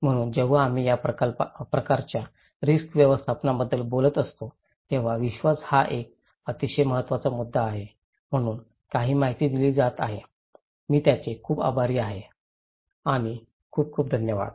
म्हणून जेव्हा आम्ही या प्रकारच्या रिस्क व्यवस्थापनाबद्दल बोलत असतो तेव्हा विश्वास हा एक अतिशय महत्वाचा मुद्दा आहे म्हणून काही माहिती दिली जात आहे मी त्यांचे खूप आभारी आहे आणि धन्यवाद